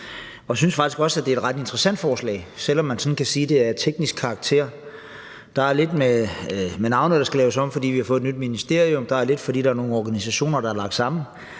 og jeg synes faktisk også, at det er et ret interessant forslag, selv om man kan sige, at det er af teknisk karakter. Der er lidt med navnet, der skal laves om, fordi vi har fået et nyt ministerium, og noget andet, der skal laves om, fordi der er nogle organisationer, der er lagt sammen.